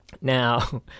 now